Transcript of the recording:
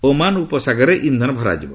Oman ଉପସାଗରରେ ଇନ୍ଧନ ଭରାଯିବ